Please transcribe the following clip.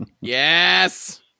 Yes